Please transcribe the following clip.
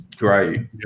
Right